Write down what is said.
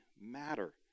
matter